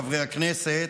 חברי הכנסת,